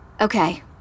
Okay